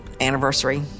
anniversary